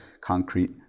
concrete